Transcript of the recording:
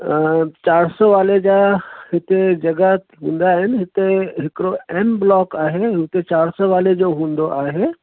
चारि सौ वाले जा हिते जॻहि हूंदा आहिनि हिते हिकिड़ो एम ब्लॉक आहे हुते चारि सौ वाले जो हूंदो आहे